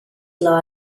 law